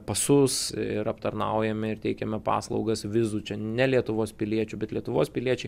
pasus ir aptarnaujame ir teikiame paslaugas vizų čia ne lietuvos piliečių bet lietuvos piliečiai